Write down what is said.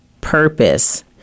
purpose